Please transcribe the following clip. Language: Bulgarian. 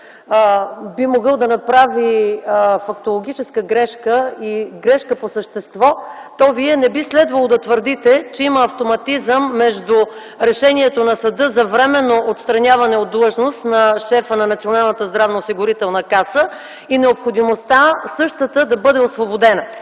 би могъл да направи фактологическа грешка и грешка по същество, то Вие не би следвало да твърдите, че има автоматизъм между решението на съда за временно отстраняване от длъжност на шефа на Националната здравноосигурителна